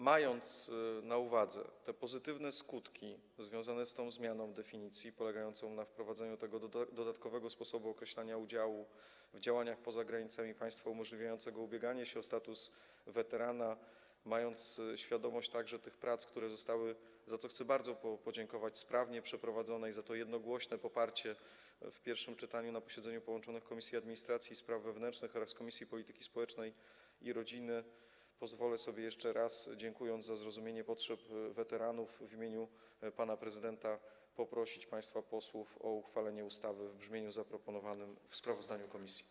Mając na uwadze pozytywne skutki związane ze zmianą definicji polegającą na wprowadzeniu tego dodatkowego sposobu określania udziału w działaniach poza granicami państwa umożliwiającego ubieganie się o status weterana, mając świadomość także tych prac, które zostały - za co chcę bardzo podziękować - sprawnie przeprowadzone, za to jednogłośne poparcie w pierwszym czytaniu na posiedzeniu połączonych Komisji Administracji i Spraw Wewnętrznych oraz Komisji Polityki Społecznej i Rodziny, pozwolę sobie, jeszcze raz dziękując za zrozumienie potrzeb weteranów, w imieniu pana prezydenta poprosić państwa posłów o uchwalenie ustawy w brzmieniu zaproponowanym w sprawozdaniu komisji.